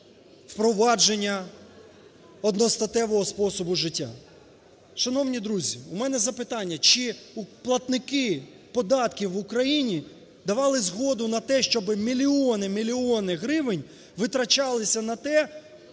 впровадження одностатевого способу життя. Шановні друзі, у мене запитання. Чи платники податків в Україні давали згоду на те, щоб мільйони, мільйони гривень витрачалися на те,